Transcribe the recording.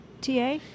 TA